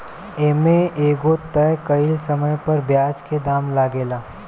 ए में एगो तय कइल समय पर ब्याज के दाम लागेला